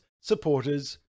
supporters